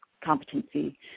competency